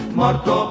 morto